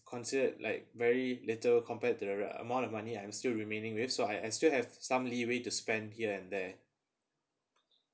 considered like very little compared to the uh amount of money I'm still remaining with so I I still have some leeway to spend here and there